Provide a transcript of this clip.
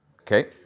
Okay